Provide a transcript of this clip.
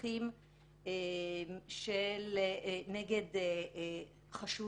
הליכים נגד חשוד.